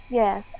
yes